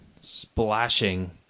splashing